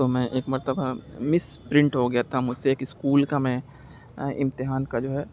تو میں ایک مرتبہ مس پرنٹ ہو گیا تھا مجھ سے ایک اسکول کا میں امتحان کا جو ہے